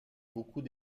beaucoup